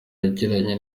yagiranye